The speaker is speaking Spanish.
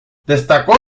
destacó